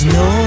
no